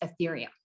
Ethereum